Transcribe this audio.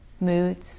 moods